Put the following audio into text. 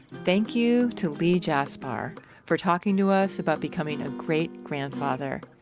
thank you to lee jaspar for talking to us about becoming a great grandfather.